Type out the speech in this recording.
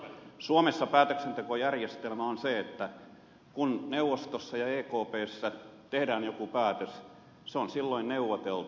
suomessa päätöksentekojärjestelmä on se että kun neuvostossa ja ekpssä tehdään joku päätös se on silloin neuvoteltu